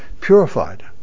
purified